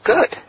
Good